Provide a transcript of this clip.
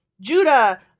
Judah